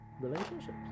Relationships